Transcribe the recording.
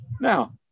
Now